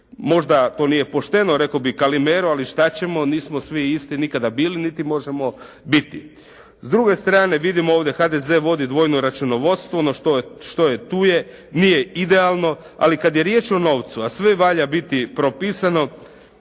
Možda to nije pošteno rekao bi Kalimero, ali šta ćemo? Nismo svi isti nikada bili niti možemo biti. S druge strane vidimo ovdje HDZ vodi dvojno računovodstvo no što je tu je, nije idealno, ali kad je riječ o novcu a sve valja biti propisano